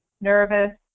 nervous